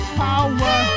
power